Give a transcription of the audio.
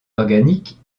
organiques